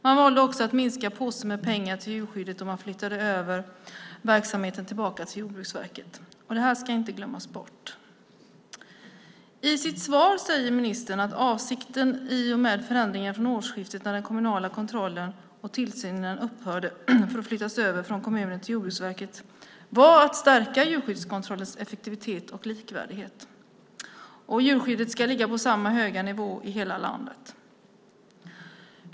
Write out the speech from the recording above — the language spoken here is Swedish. Man valde också att minska påsen med pengar till djurskyddet och flyttade verksamheten tillbaka till Jordbruksverket. Det här ska inte glömmas bort. I sitt svar säger ministern att avsikten i och med förändringarna från årsskiftet då den kommunala kontrollen och tillsynen upphörde för att i stället flyttas över från kommunerna till Jordbruksverket var att stärka djurskyddskontrollens effektivitet och likvärdighet. Djurskyddet ska ligga på samma höga nivå i hela landet.